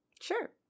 Sure